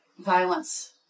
violence